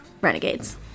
Renegades